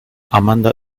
amanda